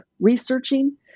researching